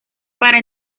para